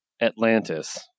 Atlantis